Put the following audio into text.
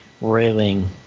railing